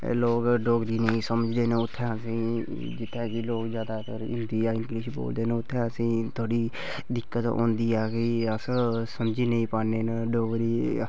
लोक डोगरी निं समझदे न उत्थै आखदे न कि जित्थै जी लोग जैदातर हिंदी इंग्लिश बोलदे न उत्थै असें ई थोह्ड़ी दिक्कत होंदी ऐ कि अस समझी नेईं पान्ने न डोगरी